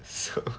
so